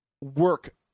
work